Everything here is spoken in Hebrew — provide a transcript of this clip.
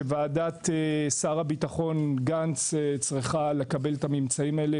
שוועדת שר הביטחון גנץ צריכה לקבל את הממצאים האלה,